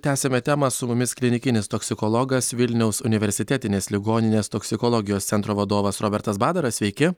tęsiame temą su mumis klinikinis toksikologas vilniaus universitetinės ligoninės toksikologijos centro vadovas robertas badaras sveiki